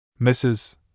Mrs